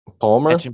Palmer